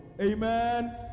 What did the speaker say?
Amen